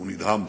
והוא נדהם,